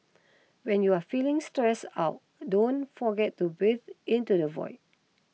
when you are feeling stress out don't forget to breathe into the void